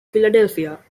philadelphia